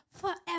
forever